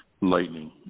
Lightning